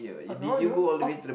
oh no no of